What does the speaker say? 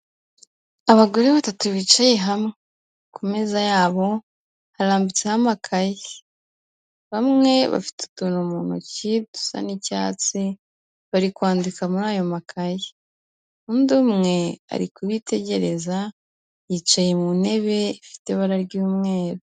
Abagore batatu bicaye hamwe, ku meza yabo harambitseho amakayi, bamwe bafite utuntu mu ntoki dusa n'icyatsi, bari kwandika muri ayo makayi, undi umwe ari kubitegereza, yicaye mu ntebe ifite ibara ry'umweru.